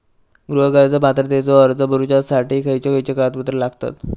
गृह कर्ज पात्रतेचो अर्ज भरुच्यासाठी खयचे खयचे कागदपत्र लागतत?